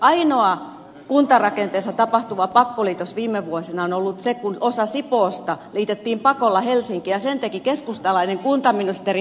ainoa kuntarakenteessa tapahtuva pakkoliitos viime vuosina on ollut se kun osa sipoosta liitettiin pakolla helsinkiin ja sen teki keskustalainen kuntaministeri hannes manninen